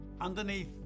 underneath